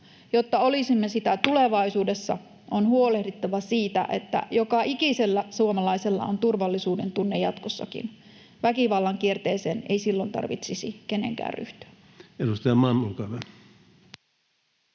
Jotta olisimme sitä tulevaisuudessa, on huolehdittava siitä, että joka ikisellä suomalaisella on turvallisuudentunne jatkossakin. Väkivallan kierteeseen ei silloin tarvitsisi kenenkään ryhtyä. Edustaja Malm, olkaa hyvä.